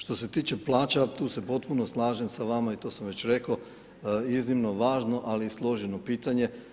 Što se tiče plaća, tu se potpuno slažem sa vama i to sam već rekao iznimno važno, ali i složeno pitanje.